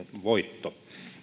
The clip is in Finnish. voitto